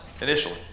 initially